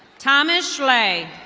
thomas shclay.